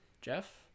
jeff